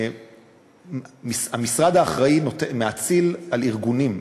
המשרד האחראי גם מאציל לארגונים,